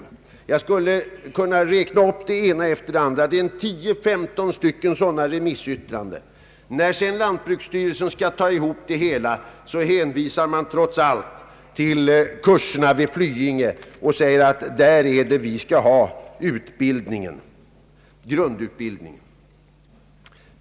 Jag skulle kunna räkna upp den ena remissinstansen efter den andra. Det finns 10—13 liknande remissyttranden. När sedan lantbruksstyrelsen skall sammanfatta det hela hänvisar den trots allt till kurserna vid Flyinge och säger att där skall grundutbildningen ske.